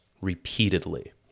repeatedly